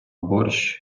борщ